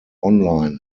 online